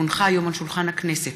כי הונחו היום על שולחן הכנסת,